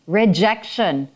rejection